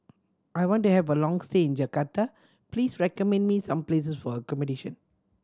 I want to have a long stay in Jakarta Please recommend me some places for accommodation